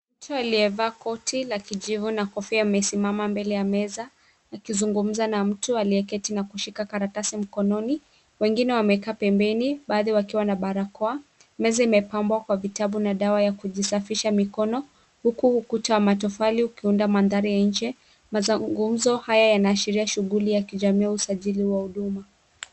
Mtu aliyevaa koti la kijivu na kofia amesimama mbele ya meza, akizungumza na mtu aliyeketi na kushika karatasi mkononi. Wengine wamekaa pembeni, baadhi wakiwa na barakoa. Meza imepambwa kwa vitabu na dawa ya kujisafisha mikono huku ukuta wa matofali ukiunda madhari ya nje, mazungumuzo haya yanasharia shughuli ya kijamii au usajili wa huduma.